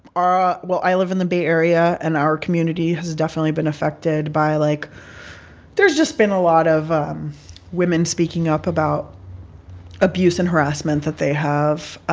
well, i live in the bay area. and our community has definitely been affected by, like there's just been a lot of women speaking up about abuse and harassment that they have ah